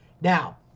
Now